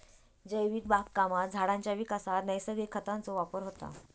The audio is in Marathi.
जैविक बागकामात झाडांच्या विकासात नैसर्गिक खतांचो वापर होता